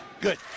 good